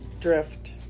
drift